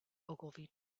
ogilvy